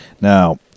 Now